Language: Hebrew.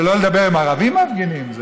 שלא לדבר אם ערבים מפגינים,